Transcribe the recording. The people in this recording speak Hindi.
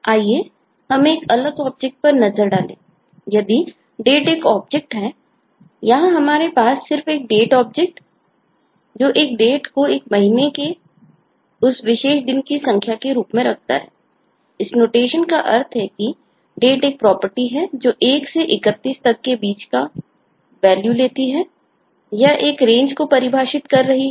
आइए हम एक अलग ऑब्जेक्ट 1700 AD से 2200 AD तक की है